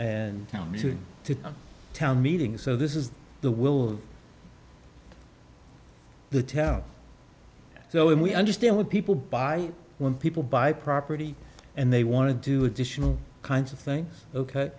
and to town meetings so this is the will the town go in we understand what people buy when people buy property and they want to do additional kinds of things ok